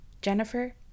Jennifer